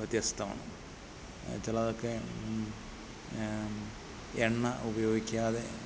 വ്യത്യസ്തമാണ് ചിലതൊക്കെ എണ്ണ ഉപയോഗിക്കാതെ